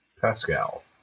Pascal